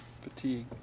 fatigue